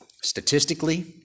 Statistically